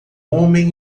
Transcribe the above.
homem